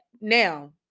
Now